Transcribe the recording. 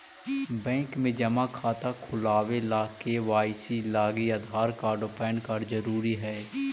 bank में जमा खाता खुलावे ला के.वाइ.सी लागी आधार कार्ड और पैन कार्ड ज़रूरी हई